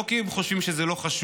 לא כי הם חושבים שזה לא חשוב,